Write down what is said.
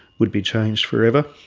would be changed forever,